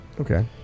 Okay